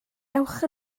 ewch